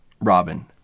Robin